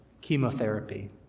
chemotherapy